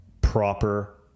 proper